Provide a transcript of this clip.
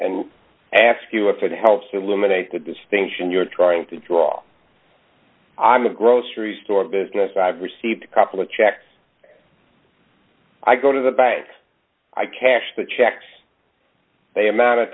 and ask you if it helps to limit the distinction you're trying to draw i'm a grocery store business i've received a couple of checks i go to the bank i cash the checks they amounted